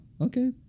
okay